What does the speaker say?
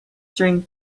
string